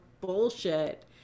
bullshit